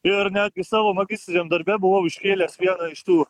ir netgi savo magistriniam darbe buvau iškėlęs vieną iš tų